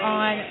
on